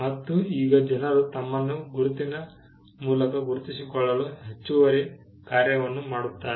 ಮತ್ತು ಈಗ ಜನರು ತಮ್ಮನ್ನು ಗುರುತಿನ ಮೂಲಕ ಗುರುತಿಸಿಕೊಳ್ಳಲು ಹೆಚ್ಚುವರಿ ಕಾರ್ಯವನ್ನು ಮಾಡುತ್ತಾರೆ